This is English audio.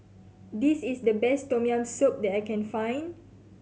this is the best Tom Yam Soup that I can find